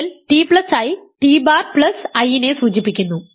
ideal ti T bar plus i നെ സൂചിപ്പിക്കുന്നു